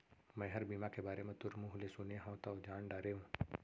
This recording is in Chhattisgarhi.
मैंहर बीमा के बारे म तोर मुँह ले सुने हँव तव जान डारेंव